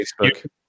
Facebook